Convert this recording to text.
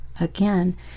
again